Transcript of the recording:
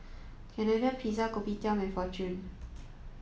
Canadian Pizza Kopitiam and Fortune